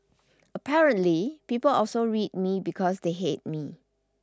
apparently people also read me because they hate me